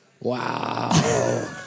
Wow